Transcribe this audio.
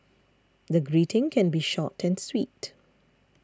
the greeting can be short and sweet